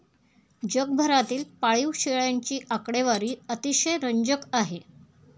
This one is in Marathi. जगभरातील पाळीव शेळ्यांची आकडेवारी अतिशय रंजक आहे